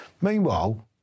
Meanwhile